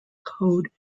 code